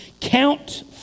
count